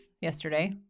yesterday